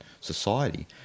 society